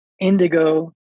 Indigo